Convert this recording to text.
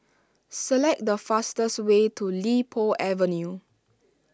select the fastest way to Li Po Avenue